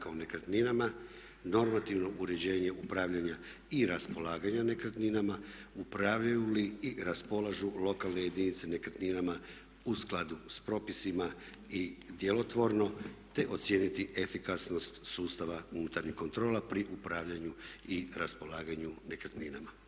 u nekretninama, normativno uređenje upravljanja i raspolaganja nekretninama, upravljaju li i raspolažu lokalne jedinice nekretninama u skladu sa propisima i djelotvorno, te ocijeniti efikasnost sustava unutarnjih kontrola pri upravljanju i raspolaganju nekretninama.